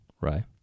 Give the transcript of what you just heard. right